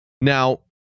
Now